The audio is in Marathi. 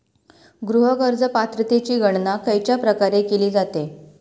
गृह कर्ज पात्रतेची गणना खयच्या प्रकारे केली जाते?